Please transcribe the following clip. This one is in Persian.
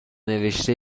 نوشته